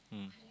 mm